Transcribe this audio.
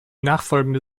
nachfolgende